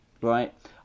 right